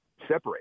separate